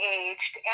aged